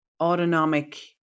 autonomic